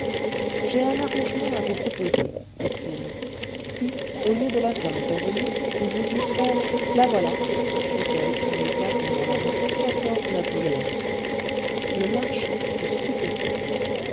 j'ai un arrangement à vous proposer dit-il si au lieu de la somme convenue vous vouliez prendre la voilà fit-elle en lui plaçant dans la main quatorze napoléons le marchand fut stupéfait